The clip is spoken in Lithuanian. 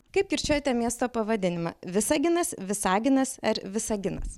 kaip kirčiuojate miesto pavadinimą visaginas visaginas ar visaginas